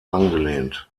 angelehnt